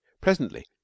presently